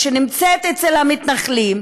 שנמצאת אצל המתנחלים,